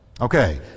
Okay